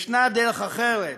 ישנה דרך אחרת,